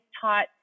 taught